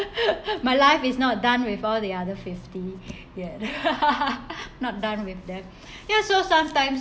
my life is not done with all the other fifty yet not done with that ya so sometimes